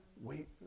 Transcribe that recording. wait